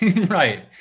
Right